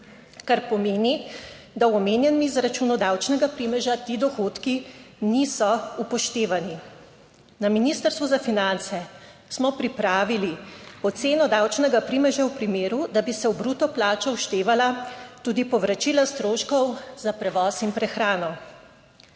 Kar pomeni, da v omenjenem izračunu davčnega primeža ti dohodki niso upoštevani. Na Ministrstvu za finance smo pripravili oceno davčnega primeža v primeru, da bi se v bruto plača vštevala tudi povračila stroškov za prevoz in prehrano.